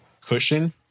cushion